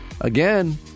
again